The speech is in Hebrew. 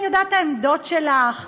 אני יודעת את העמדות שלך,